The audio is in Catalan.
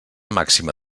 màxima